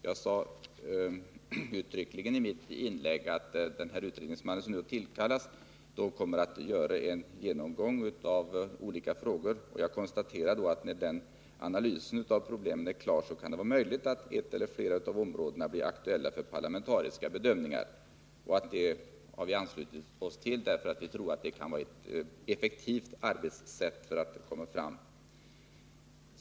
Jag sade uttryckligen i mitt inlägg att den utredningsman som tillkallas kommer att göra en genomgång av olika frågor. Jag konstaterade att det, när analysen av problemen är klar, kan vara möjligt att ett eller flera av områdena blir föremål för parlamentariska bedömningar. Det förslaget har vi anslutit oss till, eftersom vi tror att det kan vara ett effektivt arbetssätt för att komma fram till resultat.